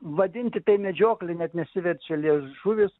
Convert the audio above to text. vadinti tai medžiokle net nesiverčia liežuvis